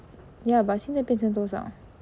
ya but 现在变成多少